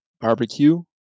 barbecue